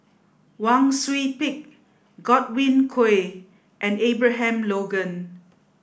Wang Sui Pick Godwin Koay and Abraham Logan